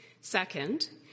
Second